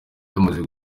yamaze